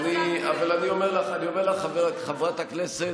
אני אומר לך, חברת הכנסת,